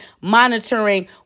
monitoring